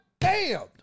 damned